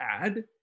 add